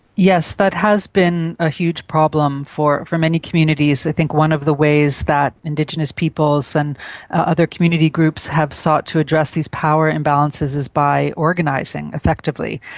yes, that has been a huge problem for for many communities. i think one of the ways that indigenous peoples and other community groups have sought to address these power imbalances is by organising, effectively.